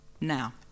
now